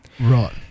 Right